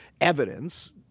evidence